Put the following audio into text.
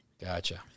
Gotcha